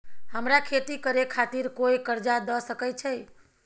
हमरा खेती करे खातिर कोय कर्जा द सकय छै?